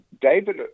David